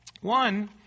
One